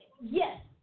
Yes